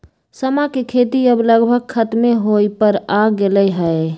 समा के खेती अब लगभग खतमे होय पर आ गेलइ ह